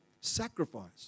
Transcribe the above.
sacrifice